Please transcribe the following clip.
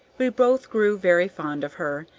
we both grew very fond of her,